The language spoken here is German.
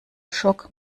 schock